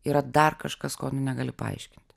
yra dar kažkas ko tu negali paaiškinti